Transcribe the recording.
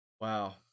Wow